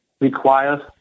requires